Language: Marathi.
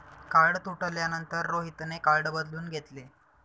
कार्ड तुटल्यानंतर रोहितने कार्ड बदलून घेतले